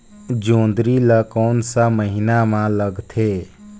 जोंदरी ला कोन सा महीन मां लगथे?